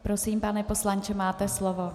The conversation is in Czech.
Prosím, pane poslanče, máte slovo.